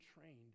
trained